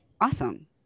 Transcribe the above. Awesome